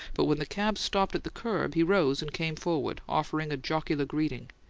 but when the cab stopped at the curb he rose and came forward, offering a jocular greeting.